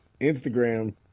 Instagram